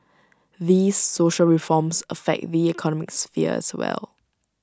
these social reforms affect the economic sphere as well